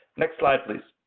next slide, please.